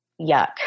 yuck